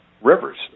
rivers